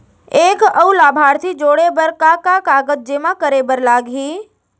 एक अऊ लाभार्थी जोड़े बर का का कागज जेमा करे बर लागही?